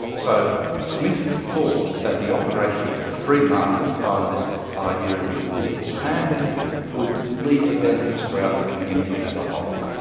so smith thought that the operation of the free market via this idea of the invisible hand would lead to benefits throughout the community as a whole.